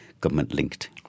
government-linked